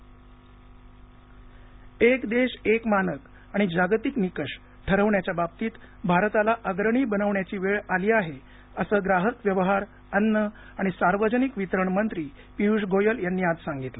पीयूष गोयल एक देश एक मानक आणि जागतिक निकष ठरविण्याच्या बाबतीत भारताला अग्रणी बनवण्याची वेळ आली आहे असं ग्राहक व्यवहार अन्न आणि सार्वजनिक वितरण मंत्री पीयूष गोयल यांनी आज सांगितलं